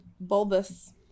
Bulbous